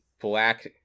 black